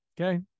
okay